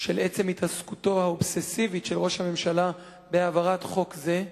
של עצם התעסקותו האובססיבית של ראש הממשלה בהעברת חוק זה,